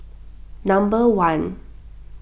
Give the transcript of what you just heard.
number one